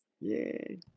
Yay